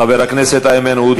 חבר הכנסת איימן עודה.